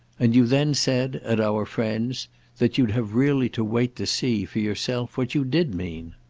and you then said at our friend's that you'd have really to wait to see, for yourself, what you did mean.